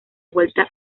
vuelta